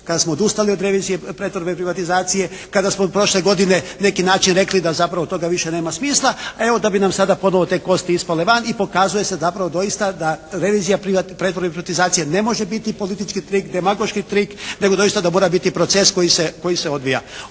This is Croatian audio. kada smo odustali od revizije pretvorbe i privatizacije, kada smo od prošle godine na neki način rekli da zapravo toga više nema smisla, a evo da nam sada ponovo te kosti ispale van. I pokazuje zapravo doista da revizija pretvorbe i privatizacije ne može biti politički trik, demagoški trik nego doista da mora biti proces koji se odvija.